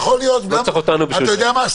תודה רבה.